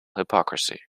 hypocrisy